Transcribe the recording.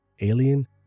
alien